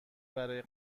برای